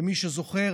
למי שזוכר,